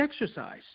exercise